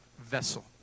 vessel